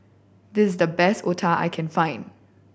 this is the best Otah I can find